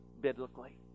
biblically